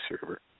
server